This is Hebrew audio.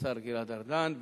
השר ארדן,